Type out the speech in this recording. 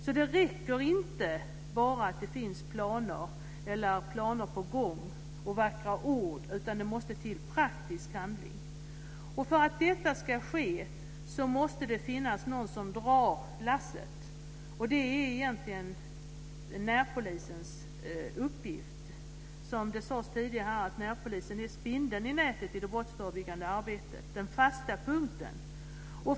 Det räcker alltså inte med vackra ord och att det finns planer eller att det är planer på gång, utan det måste till praktiskt handling. För att detta ska ske måste det finnas någon som drar lasset, och det är egentligen närpolisens uppgift. Som det sades tidigare är närpolisen spindeln i nätet i det brottsförebyggande arbetet, den fasta punkten.